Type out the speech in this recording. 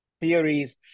theories